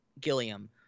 Gilliam